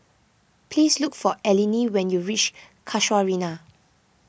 please look for Eleni when you reach Casuarina